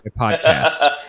podcast